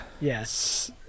Yes